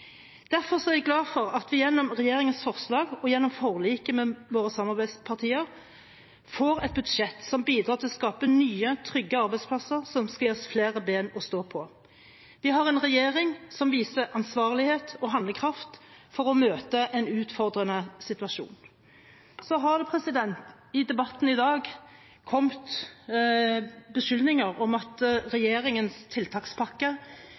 Derfor er jeg glad for at vi gjennom regjeringens forslag og gjennom forliket med våre samarbeidspartier får et budsjett som bidrar til å skape nye, trygge arbeidsplasser som skal gi oss flere ben å stå på. Vi har en regjering som viser ansvarlighet og handlekraft for å møte en utfordrende situasjon. Det har i debatten i dag kommet beskyldninger om at regjeringens tiltakspakke